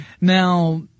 Now